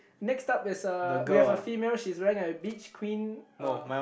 next up is a we have a female she is wearing a beach queen uh